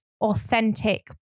authentic